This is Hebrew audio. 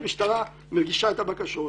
משטרה מגישה את הבקשות,